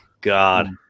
God